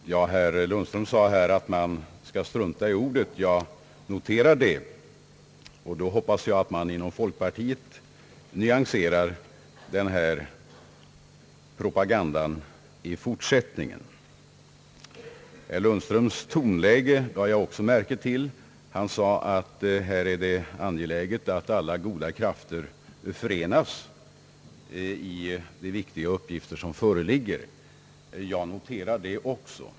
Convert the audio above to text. Herr talman! Herr Lundström sade att man skall »strunta i orden». Jag noterar det, och då hoppas jag att man inom folkpartiet nyanserar sin propaganda i fortsättningen. Herr Lundströms tonläge lade jag också märke till. Han sade att det är angeläget att »alla goda krafter förenas» i de viktiga uppgifter som föreligger. Jag noterar även detta.